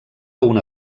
una